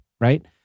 right